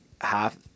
half